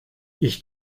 ich